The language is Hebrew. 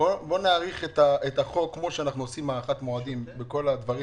"בואו נאריך את החוק כמו שאנחנו עושים הארכת מועדים בכל הדברים